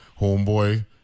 homeboy